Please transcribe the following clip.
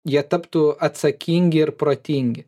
jie taptų atsakingi ir protingi